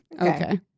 Okay